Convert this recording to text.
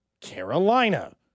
Carolina